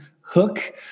Hook